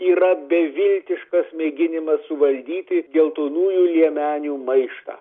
yra beviltiškas mėginimas suvaldyti geltonųjų liemenių maištą